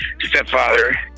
stepfather